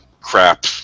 crap